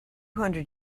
hundred